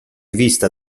vista